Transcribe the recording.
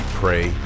pray